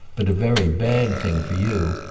but a very bad thing for you,